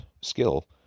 skill